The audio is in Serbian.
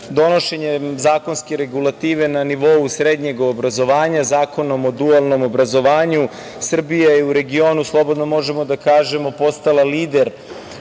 Donošenjem zakonske regulative na nivou srednjeg obrazovanja Zakonom o dualnom obrazovanju, Srbija je, u regionu, slobodno možemo da kažemo, postala lider